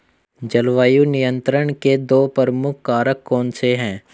जलवायु नियंत्रण के दो प्रमुख कारक कौन से हैं?